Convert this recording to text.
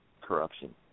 corruption